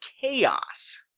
Chaos